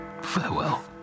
Farewell